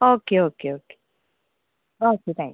okay okay okay okay thank you